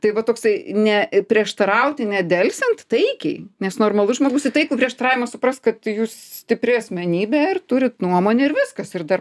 tai va toksai ne prieštarauti nedelsiant taikiai nes normalus žmogus į taikų prieštaravimą supras kad jūs stipri asmenybė ir turit nuomonę ir viskas ir dar